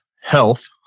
health